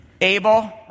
Abel